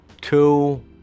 two